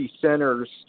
centers